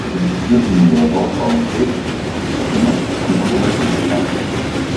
stambesnių įmonių vadovai palankiai sutiko kitąmet įsigaliosiančią tvarką